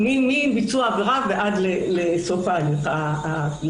מביצוע העבירה ועד לסוף ההליך.